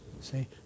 See